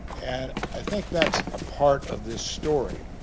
and i think that's a part of this story